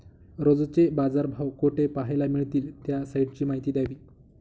रोजचे बाजारभाव कोठे पहायला मिळतील? त्या साईटची माहिती द्यावी